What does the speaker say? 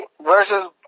versus